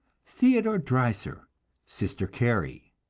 theodore dreiser sister carrie.